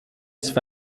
است